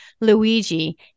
Luigi